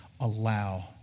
allow